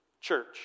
church